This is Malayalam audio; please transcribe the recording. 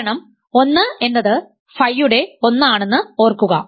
കാരണം 1 എന്നത് ഫൈ യുടെ 1 ആണെന്ന് ഓർക്കുക